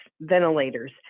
ventilators